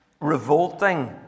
revolting